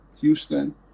Houston